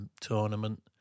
tournament